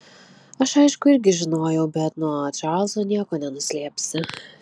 aš aišku irgi žinojau bet nuo čarlzo nieko nenuslėpsi